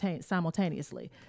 simultaneously